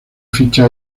ficha